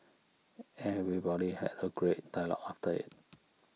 everybody had a great dialogue after it